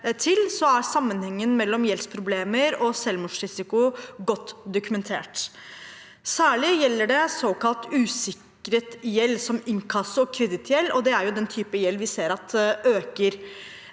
er sammenhengen mellom gjeldsproblemer og selvmordsrisiko godt dokumentert. Særlig gjelder det såkalt usikret gjeld, som inkasso- og kredittgjeld, og det er den typen gjeld vi ser øker.